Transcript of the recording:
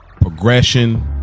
Progression